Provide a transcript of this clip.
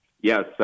Yes